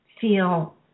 feel